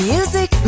Music